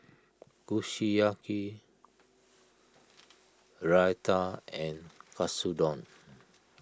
Kushiyaki Raita and Katsudon